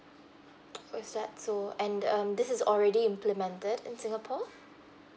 oh is that so and um this is already implemented in singapore